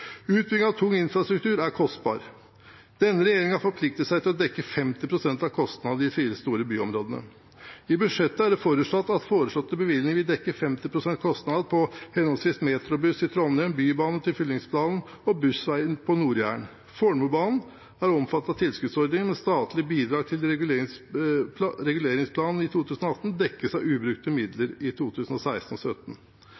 tung infrastruktur er kostbart. Denne regjeringen har forpliktet seg til å dekke 50 pst. av kostnadene i de fire store byområdene. I budsjettet er det forutsatt at foreslåtte bevilgninger vil dekke 50 pst. av kostnadene for henholdsvis MetroBussen i Trondheim, Bybanen til Fyllingsdalen og Bussveien på Nord-Jæren. Fornebubanen er omfattet av tilskuddsordningen, men det statlige bidraget til reguleringsplanlegging i 2018 dekkes av ubrukte